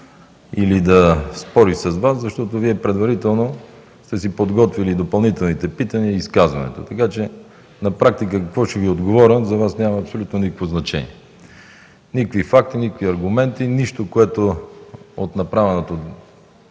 или да спори с Вас, защото Вие предварително сте си подготвили допълнителните питания и изказването, така че на практика какво ще Ви отговоря, за Вас няма абсолютно никакво значение. Никакви факти, никакви аргументи, нищо, което от направеното